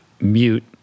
mute